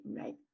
right